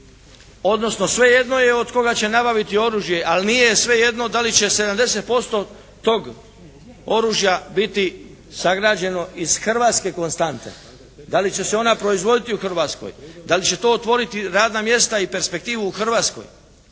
odnosno svejedno je od koga će nabaviti oružje, ali nije svejedno da li će 70% tog oružja biti sagrađeno iz hrvatske konstante, da li će se ona proizvoditi u Hrvatskoj, da li će to otvoriti radna mjesta i perspektivu u Hrvatskoj.